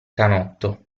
canotto